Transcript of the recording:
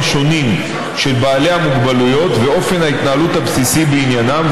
השונים של בעלי המוגבלויות ואופן ההתנהלות הבסיסי בעניינם,